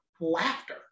Laughter